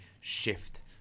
shift